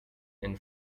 and